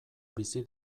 bizi